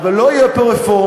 אבל לא יהיו פה רפורמות,